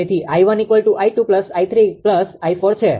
તેથી 𝐼1 𝑖2 𝑖3 𝑖4 છે